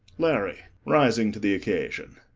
larry rising to the occasion.